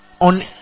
On